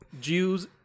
Jews